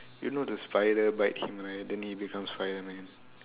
you know the spider bite him right then he become Spiderman